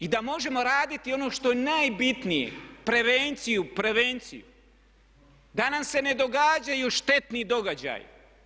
I da možemo raditi ono što je najbitnije prevenciju, prevenciju da nam se ne događaju štetni događaji.